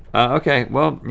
okay well